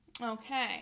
Okay